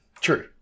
true